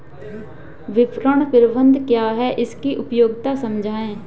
विपणन प्रबंधन क्या है इसकी उपयोगिता समझाइए?